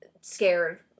scared